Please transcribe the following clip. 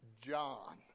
John